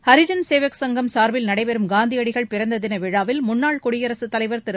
ஹரிஜன் சேவக் சங்கம் சார்பில் நடைபெறும் காந்தியடிகள் பிறந்த தின விழாவில் முன்னாள் குடியரசுத் தலைவர் திரு